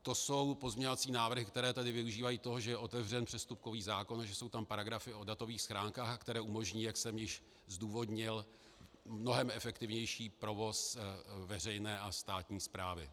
To jsou pozměňovací návrhy, které využívají toho, že je otevřen přestupkový zákon, že jsou tam paragrafy o datových schránkách, které umožní, jak jsem již zdůvodnil, mnohem efektivnější provoz veřejné a státní správy.